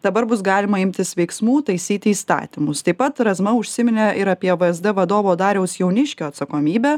dabar bus galima imtis veiksmų taisyti įstatymus taip pat razma užsiminė ir apie vzd vadovo dariaus jauniškio atsakomybę